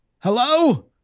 Hello